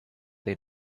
they